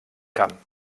kann